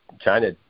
China